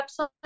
website